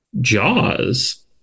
jaws